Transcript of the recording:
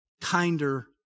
kinder